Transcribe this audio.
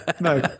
No